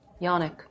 Yannick